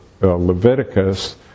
Leviticus